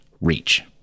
reach